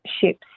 ships